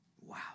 wow